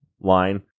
line